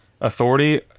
Authority